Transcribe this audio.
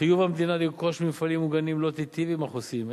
חיוב המדינה לרכוש ממפעלים מוגנים לא ייטיב עם החוסים,